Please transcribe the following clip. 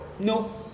No